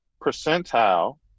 percentile